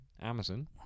Amazon